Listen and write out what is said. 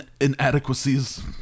inadequacies